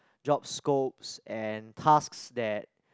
job scopes and tasks that